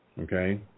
okay